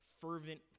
fervent